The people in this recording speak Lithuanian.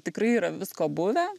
tikrai yra visko buvę